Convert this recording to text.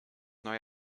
neue